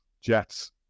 Jets